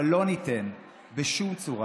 אבל לא ניתן, בשום צורה,